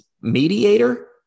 mediator